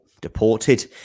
deported